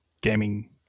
gaming